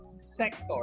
sector